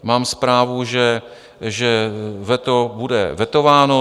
Mám zprávu, že veto, bude vetováno.